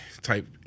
type